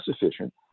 efficient